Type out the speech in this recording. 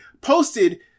posted